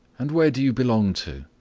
and where do you belong to?